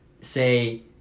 say